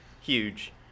Huge